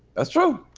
that's true.